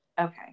Okay